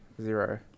Zero